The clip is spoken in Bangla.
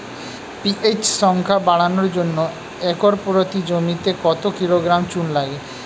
পি.এইচ সংখ্যা বাড়ানোর জন্য একর প্রতি জমিতে কত কিলোগ্রাম চুন লাগে?